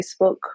Facebook